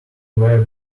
were